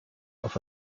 auf